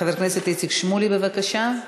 חבר הכנסת איציק שמולי, בבקשה,